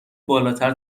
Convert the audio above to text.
بالاتر